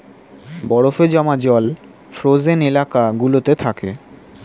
বরফে জমা জল ফ্রোজেন এলাকা গুলোতে থাকে